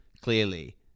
clearly